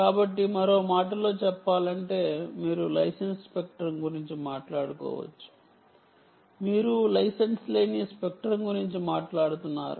కాబట్టి మరో మాటలో చెప్పాలంటే మీరు లైసెన్స్ స్పెక్ట్రం గురించి మాట్లాడుకోవచ్చు మీరు లైసెన్స్ లేని స్పెక్ట్రం గురించి మాట్లాడుతున్నారు